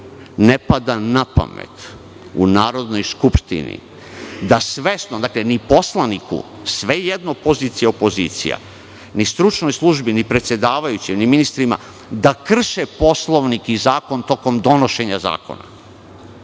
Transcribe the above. ne pada na pamet u Narodnoj skupštini da svesno, ni poslaniku, svejedno, pozicija, opozicija, ni stručnoj službi, ni predsedavajućem, ni ministrima, krše Poslovnik i zakon tokom donošenja zakona.